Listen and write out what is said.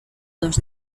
dos